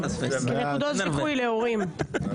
כן, נקודות זיכוי להורים.